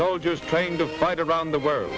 goal just trying to fight around the world